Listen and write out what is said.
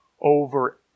Over